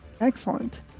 excellent